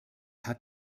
hat